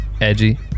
edgy